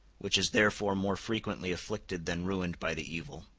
which is therefore more frequently afflicted than ruined by the evil.